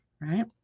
right